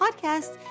podcast